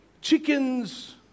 Chickens